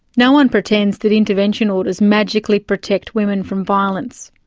no one pretends that intervention orders magically protect women from violence.